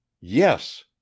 yes